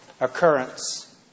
occurrence